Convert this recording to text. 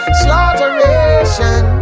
slaughteration